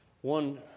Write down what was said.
One